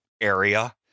area